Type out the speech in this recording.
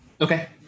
Okay